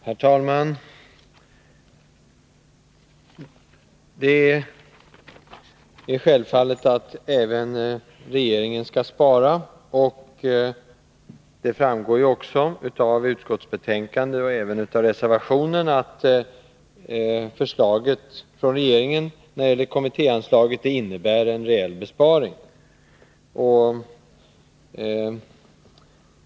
Herr talman! Det är klart att även regeringen skall spara. Det framgår också av utskottbetänkandet och även av reservationerna att förslaget från regeringen när det gäller kommittéanslaget innebär en verklig besparing.